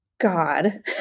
God